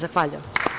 Zahvaljujem.